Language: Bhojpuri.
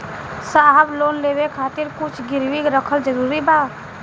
साहब लोन लेवे खातिर कुछ गिरवी रखल जरूरी बा?